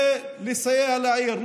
לסייע לעיר.